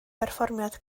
berfformiad